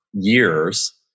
years